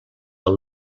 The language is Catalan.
del